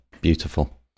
beautiful